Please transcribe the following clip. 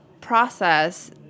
process